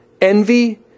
envy